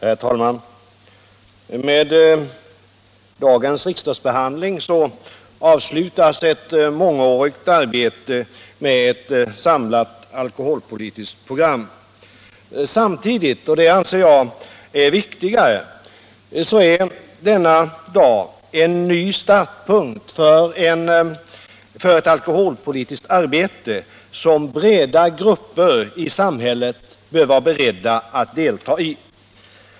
Herr talman! Med dagens riksdagsbehandling avslutas ett mångårigt arbete med ett samlat alkoholpolitiskt program. Samtidigt — och det anser jag är viktigare — är denna dag en ny startpunkt för ett alkoholpolitiskt arbete som breda grupper i samhället bör vara beredda att delta i.